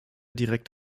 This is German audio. direkt